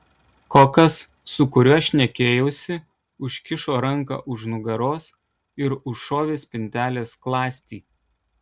kokas su kuriuo šnekėjausi užkišo ranką už nugaros ir užšovė spintelės skląstį